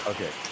Okay